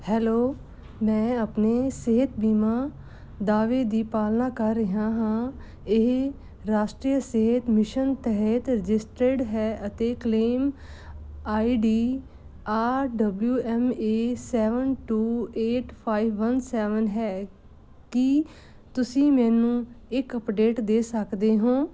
hello ਮੈਂ ਆਪਣੇ ਸਿਹਤ ਬੀਮਾ ਦਾਅਵੇ ਦੀ ਪਾਲਣਾ ਕਰ ਰਿਹਾ ਹਾਂ ਇਹ ਰਾਸ਼ਟਰੀ ਸਿਹਤ ਮਿਸ਼ਨ ਤਹਿਤ ਰਜਿਸਟਰਡ ਹੈ ਅਤੇ claim ID R W M A seven two eight five one seven ਹੈ ਕੀ ਤੁਸੀਂ ਮੈਨੂੰ ਇੱਕ ਅਪਡੇਟ ਦੇ ਸਕਦੇ ਹੋ